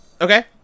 Okay